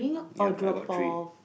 yup I got three